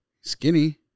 Skinny